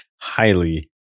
highly